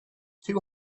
two